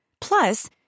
Plus